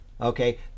Okay